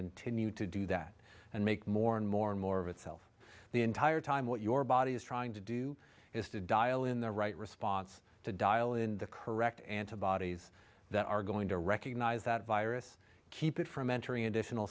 continue to do that and make more and more and more of a self the entire time what your body is trying to do is to dial in the right response to dial in the correct antibodies that are going to recognize that virus keep it from entering additional